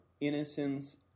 Innocence